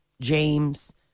James